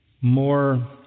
more